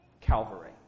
Calvary